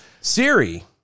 Siri